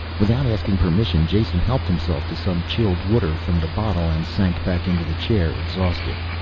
without asking permission jason helped himself to some chilled water from the bottle, and sank back into the chair, exhausted.